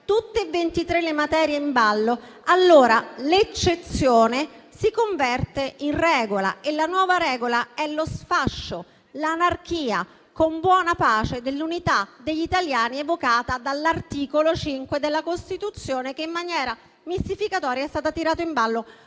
tutte e ventitré le materie in ballo, allora l'eccezione si converte in regola, e la nuova regola è lo sfascio, l'anarchia. Con buona pace dell'unità degli italiani evocata dall'articolo 5 della Costituzione», che in maniera mistificatoria è stata tirata in ballo